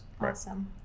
Awesome